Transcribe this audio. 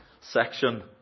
section